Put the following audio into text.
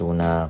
Una